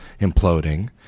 imploding